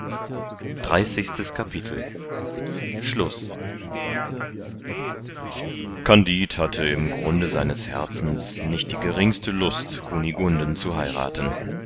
dreißigstes kapitel schluß kandid hatte im grunde seines herzens nicht die geringste lust kunigunden zu heirathen